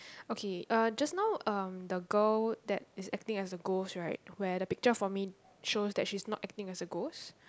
okay uh just now um the girl that is acting as a ghost right where the picture for me shows that she is not acting as a ghost